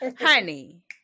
Honey